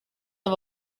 aba